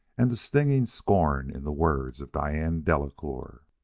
and the stinging scorn in the words of diane delacouer.